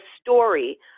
story